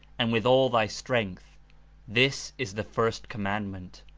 and with all thy strength this is the first command ment.